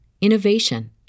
innovation